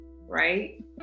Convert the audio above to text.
right